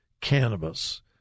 cannabis